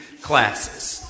classes